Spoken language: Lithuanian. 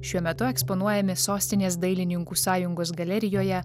šiuo metu eksponuojami sostinės dailininkų sąjungos galerijoje